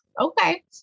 okay